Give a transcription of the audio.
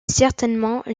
certainement